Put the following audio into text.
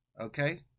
Okay